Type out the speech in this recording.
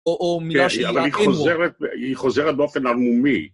או מילה של אימור. כן, אבל היא חוזרת באופן ערמומי.